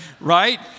Right